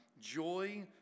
joy